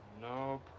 No